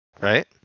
right